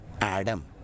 Adam